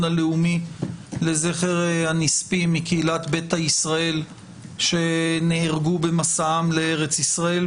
הלאומי לזכר הנספים מקהילת ביתא ישראל שנהרגו במסעם לארץ ישראל.